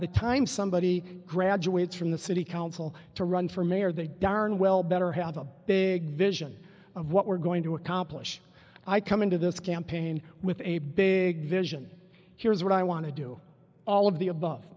the time somebody graduates from the city council to run for mayor they darn well better have a big vision of what we're going to accomplish i come into this campaign with a big vision here's what i want to do all of the above